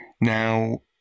Now